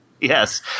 Yes